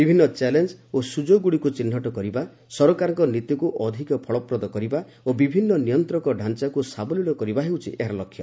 ବିଭିନ୍ନ ଚ୍ୟାଲେଞ୍ଜ ଓ ସୁଯୋଗଗୁଡ଼ିକୁ ଚିହ୍ନଟ କରିବା ସରକାରଙ୍କ ନୀତିକୁ ଅଧିକ ଫଳପ୍ରଦ କରିବା ଓ ବିଭିନ୍ନ ନିୟନ୍ତକ ତାଞ୍ଚାକୁ ସାବଲୀଳ କରିବା ହେଉଛି ଏହାର ଲକ୍ଷ୍ୟ